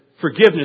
forgiveness